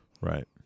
Right